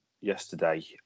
yesterday